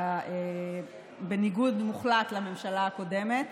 בניגוד מוחלט לממשלה הקודמת.